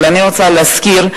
אבל אני רוצה להזכיר,